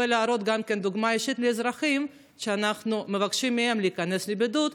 ולהראות דוגמה אישית לאזרחים שאנחנו מבקשים מהם להיכנס לבידוד.